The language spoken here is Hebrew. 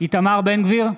איתמר בן גביר,